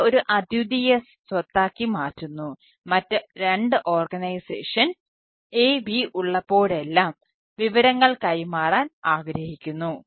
അതിനാൽ ഇത് ഒരു അദ്വിതീയ സ്വത്താക്കി മാറ്റുന്നു രണ്ട് ഓർഗനൈസേഷൻ A B ഉള്ളപ്പോഴെല്ലാം വിവരങ്ങൾ കൈമാറാൻ ആഗ്രഹിക്കുന്നു